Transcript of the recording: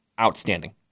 outstanding